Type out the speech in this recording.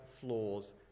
flaws